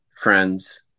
friends